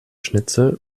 schnitzel